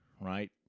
right